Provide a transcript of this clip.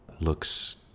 looks